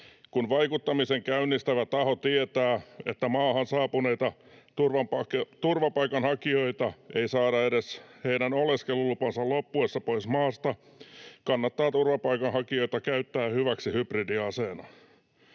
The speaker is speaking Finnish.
Kun vaikuttamisen käynnistävä taho tietää, että maahan saapuneita turvapaikanhakijoita ei saada edes heidän oleskelulupansa loppuessa pois maasta, kannattaa turvapaikanhakijoita käyttää hyväksi hybridiaseena.